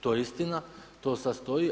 To je istina, to sada stoji.